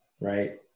right